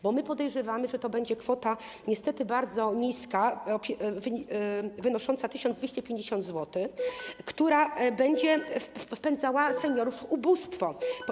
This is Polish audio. Bo my podejrzewamy, że to będzie kwota niestety bardzo niska, wynosząca 1250 zł, która będzie wpędzała seniorów w ubóstwo.